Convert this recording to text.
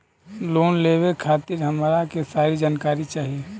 Loan लेवे खातीर हमरा के सारी जानकारी चाही?